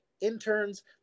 interns